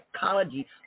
psychology